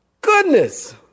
Goodness